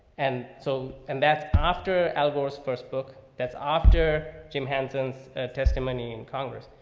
and so, and that after al gore's first book, that's after jim hansen's testimony in congress.